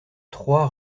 trois